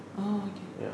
oh okay